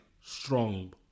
strong